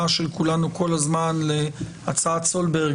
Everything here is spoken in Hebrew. של כולנו כל הזמן כשאומרים הצעת סולברג,